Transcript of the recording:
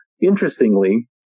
interestingly